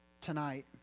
tonight